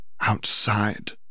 outside